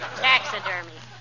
Taxidermy